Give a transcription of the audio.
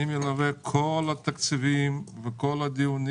אני מלווה את כל התקציבים ואת כל הדיונים,